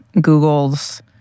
Google's